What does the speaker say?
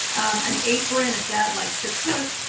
and a friend of dad likes to come.